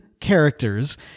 characters